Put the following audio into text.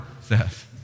says